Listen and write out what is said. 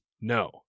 No